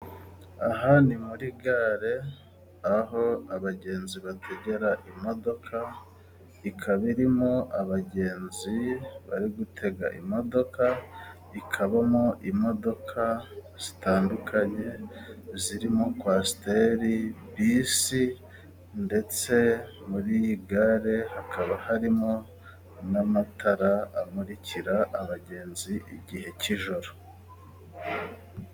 Aha ni muri gare aho abagenzi bategera imodoka, ikaba irimo abagenzi bari gutega imodoka, ikabamo imodoka zitandukanye zirimo kwasiteri, bisi, ndetse muri gare hakaba harimo n'amatara amurikira abagenzi igihe cy'ijoro.